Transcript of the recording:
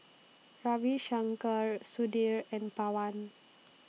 Ravi Shankar Sudhir and Pawan